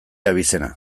abizena